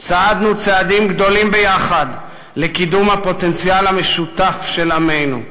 צעדנו צעדים גדולים ביחד לקידום הפוטנציאל המשותף של עמינו.